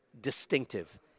distinctive